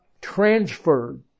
transferred